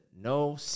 no